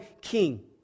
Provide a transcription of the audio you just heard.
King